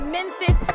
Memphis